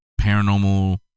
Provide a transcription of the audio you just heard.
paranormal